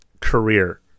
career